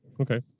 Okay